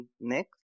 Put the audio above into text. next